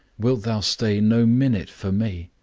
wilt thou stay no minute for me?